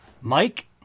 Mike